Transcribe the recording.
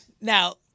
Now